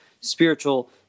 spiritual